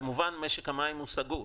כמובן, משק המים הוא סגור.